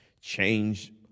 change